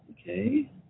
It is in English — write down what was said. Okay